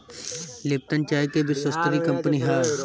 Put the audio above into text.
Lipton चाय के विश्वस्तरीय कंपनी हअ